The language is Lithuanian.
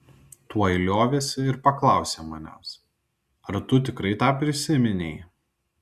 tuoj liovėsi ir paklausė manęs ar tu tikrai tą prisiminei